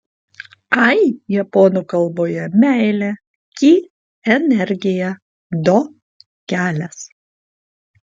ai japonų kalboje meilė ki energija do kelias